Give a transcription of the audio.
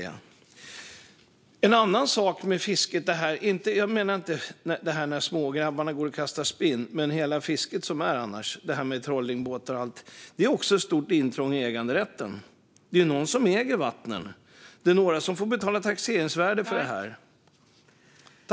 En annan sak med fisket - inte smågrabbarna som kastar spinn - är att till exempel trollingbåtar också innebär ett stort intrång i äganderätten. Det är någon som äger vattnen, och det är någon som får betala för taxeringsvärdet.